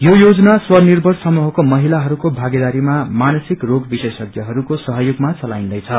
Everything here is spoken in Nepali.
यो योजना स्वनिर्भर समूहको महिलाहरूको भागेदारीमा मानसिक रोग विशेषज्ञहरूको सहयोगमा चलाइन्दैछ